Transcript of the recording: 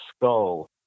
skull